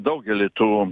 daugelį tų